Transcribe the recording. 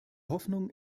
hoffnung